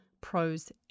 pros